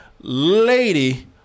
Lady